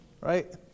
right